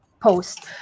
Post